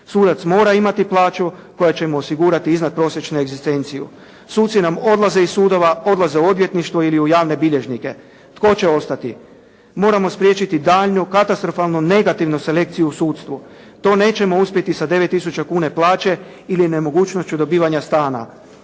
Sudac mora imati plaću koja će mu osigurati iznadprosječnu egzistenciju. Suci nam odlaze iz sudova, odlaze u odvjetništvo ili u javne bilježnike. Tko će ostati? Moramo spriječiti daljnju katastrofalnu negativnu selekciju u sudstvu. To nećemo uspjeti sa 9 tisuća kuna plaće ili nemogućnošću dobivanja stana.